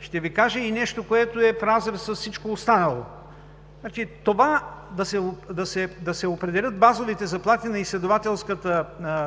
Ще Ви кажа и нещо, което е в разрез с всичко останало. Това, да се определят базовите заплати на изследователската